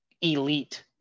Elite